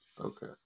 Okay